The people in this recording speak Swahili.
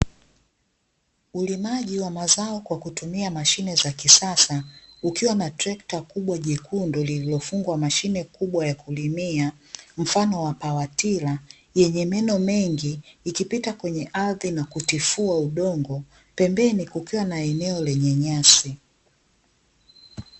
Ulimaji wa mazao kwa kutumia mashine za kisasa ukiwa na trekta kubwa jekundu lililofungwa mashine kubwa ya kulimia mfano wa pawatila yenye meno mengi ikipita kwenye ardhi na kutifua udongo, pembeni kukiwa na eneo lenye nyasi.